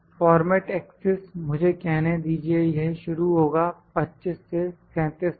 format axis मुझे कहने दीजिए यह शुरू होगा 25 से 37 तक